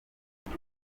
uru